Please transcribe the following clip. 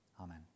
Amen